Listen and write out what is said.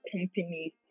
companies